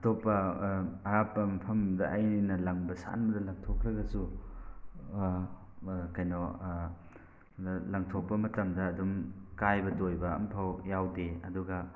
ꯑꯇꯣꯞꯄ ꯑꯔꯥꯞꯄ ꯃꯐꯝꯗ ꯑꯩꯅ ꯂꯪꯕ ꯁꯥꯟꯅ ꯂꯪꯊꯣꯛꯈ꯭ꯔꯒꯁꯨ ꯀꯩꯅꯣ ꯂꯪꯊꯣꯛꯄ ꯃꯇꯝꯗ ꯑꯗꯨꯝ ꯀꯥꯏꯕ ꯇꯣꯏꯕ ꯑꯝꯐꯧ ꯌꯥꯎꯗꯦ ꯑꯗꯨꯒ